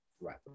Right